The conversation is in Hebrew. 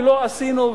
ולא עשינו,